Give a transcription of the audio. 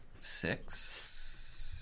Six